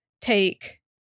take